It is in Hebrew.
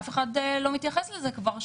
אף אחד לא זה מתייחס לזה כבר שנים,